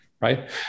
right